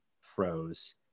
froze